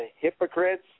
hypocrites